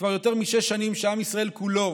כבר יותר משש שנים שעם ישראל כולו